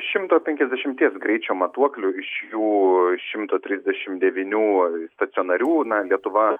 šimto penkiasdešimties greičio matuoklių iš jų šimto trisdešimt devynių stacionarių na lietuva